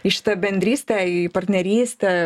į šitą bendrystę į partnerystę